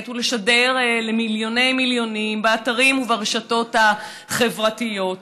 ולשדר למיליוני מיליונים באתרים וברשתות החברתיות,